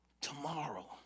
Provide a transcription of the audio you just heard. tomorrow